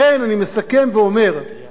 יש כאן הזדמנות לחשיבה מחדש.